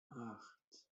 acht